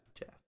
Jeff